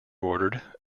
ordered